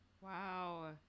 Wow